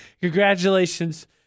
Congratulations